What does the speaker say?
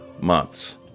months